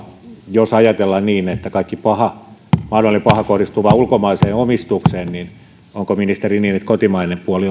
jos ajatellaan niin että kaikki mahdollinen paha kohdistuu vain ulkomaiseen omistukseen niin onko ministeri niin että kotimainen puoli